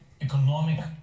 economic